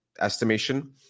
estimation